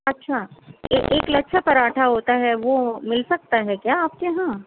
اچھا ایک لچھا پراٹھا ہوتا ہے وہ مل سکتا ہے کیا آپ کے یہاں